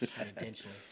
unintentionally